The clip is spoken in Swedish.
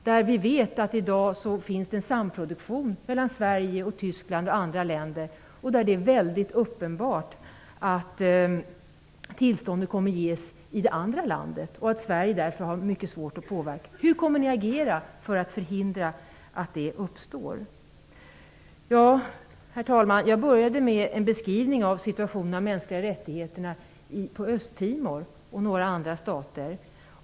Vi vet att det i dag finns en samproduktion mellan Sverige och Tyskland samt andra länder, och att det är uppenbart att tillstånd kommer att ges i det andra landet. Sverige har därför mycket svårt att påverka. Hur kommer ni att agera för att förhindra tillverkning? Herr talman! Jag började med en beskrivning av situationen för de mänskliga rättigheterna i Östtimor och några andra stater.